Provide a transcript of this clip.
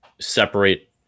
separate